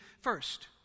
first